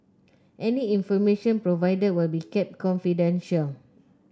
any information provided will be kept confidential